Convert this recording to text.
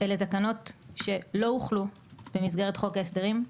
אלה תקנות שלא הוחלו במסגרת חוק ההסדרים,